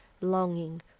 longing